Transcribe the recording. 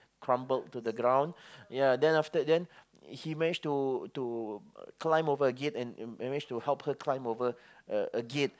crumbled to the ground ya then after that then he managed to to climb over again and managed to help her climb over uh again